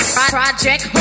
Project